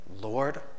Lord